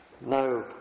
No